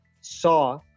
saw